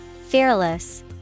Fearless